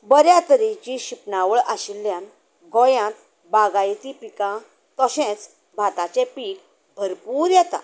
बऱ्या तरेची शिंपणावळ आशिल्ल्यान गोंयांत बागायती पीक तशेंच भाताचें पिक भरपूर येता